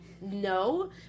No